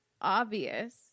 obvious